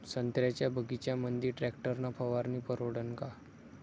संत्र्याच्या बगीच्यामंदी टॅक्टर न फवारनी परवडन का?